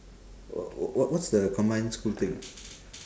wh~ wh~ wha~ what's the combined school thing